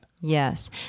Yes